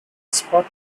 spot